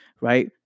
right